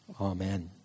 Amen